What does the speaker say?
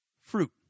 Fruit